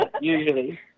Usually